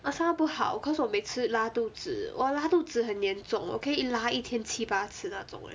orh stomach 不好 cause 我每次拉肚子我拉肚子很严重我可以拉一天七八次那种 eh